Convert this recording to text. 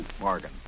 Morgan